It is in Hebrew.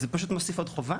זה פשוט מוסיף עוד חובה.